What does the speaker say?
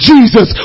Jesus